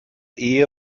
ehe